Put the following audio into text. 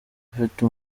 afite